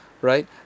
right